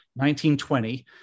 1920